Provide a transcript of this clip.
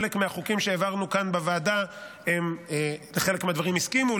בחלק מהחוקים שהעברנו כאן בוועדה הם לחלק מהדברים הסכימו,